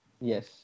Yes